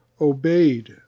obeyed